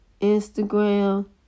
Instagram